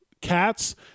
Cats